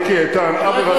אתה לא עושה שום דבר.